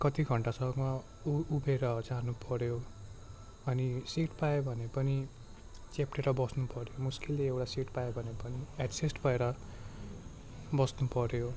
कति घन्टासम्म ऊ उभेर जानुपर्यो अनि सिट पायो भने पनि चेप्टेर बस्नुपर्यो मुस्किलले एउटा सिट पायो भने पनि एड्जस्ट भएर बस्नुपर्यो